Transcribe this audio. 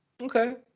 okay